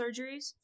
surgeries